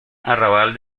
arrabal